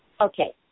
Okay